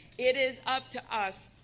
it is up to us,